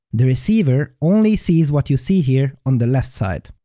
the receiver only sees what you see here on the left side.